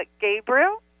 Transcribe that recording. Gabriel